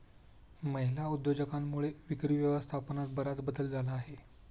महिला उद्योजकांमुळे विक्री व्यवस्थापनात बराच बदल झाला आहे